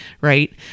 right